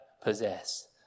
possess